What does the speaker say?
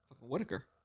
Whitaker